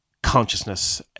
consciousness